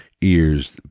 ears